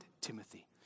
Timothy